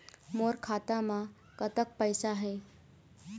मोर खाता म कतक पैसा हे?